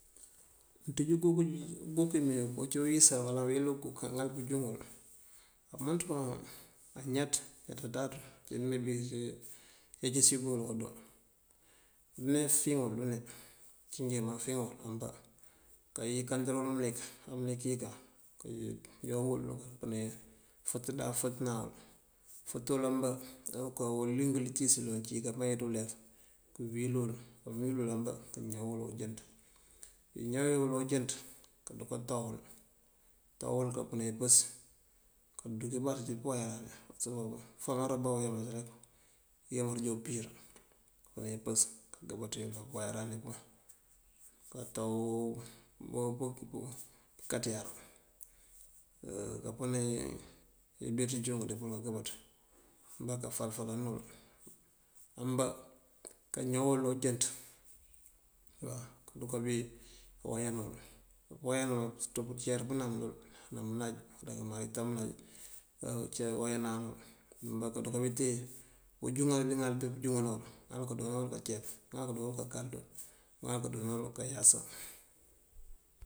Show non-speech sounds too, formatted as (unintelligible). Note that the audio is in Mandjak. Ţíj uguk uwímee ací uyësël o aweli uguk aŋal pëënjúŋul, mëënţun añaţ añaţáţun uncí mee bí këyeecës bí wul kodo. (unintelligible) ucí njí fíŋul ambá káyëkandurul mëlik, mëlik yëkan kayog wul (unintelligible) fëtëná fëtáwël. Fët wël ambá aruka ilúng itíis uncí diká bee dí ulef, këwíl wul. Mëwíl wël ambá këñawël unjënţ. Uñawi wël onjënţ këdúka táwël, këtáwël káampënan impës këënduk ibaţ ţí pëwáyan. (unintelligible) mëfangara bá uyámaţ rek, uyámaţ joon upir uwala impës (unintelligible) pëwaráan ní pun. kátaw (hesitation) pëkanţer këmpënani ibeţ injoonk icírël ambá këfál fálal uwul. Ambá këñawël ojënţ duká bí wáyan wël. Këwáyan wël këceer pënam dël ná mëlaj, mëmaritam mëlaj kawáyanan uwul. Ambá kundee bíiten bëënjúŋar bíŋal bí pëënjúŋëna uwul, mëŋal këëndo wul kaceep, mëŋal këëndo wul káakal, mëŋal këëndo wul káyasa.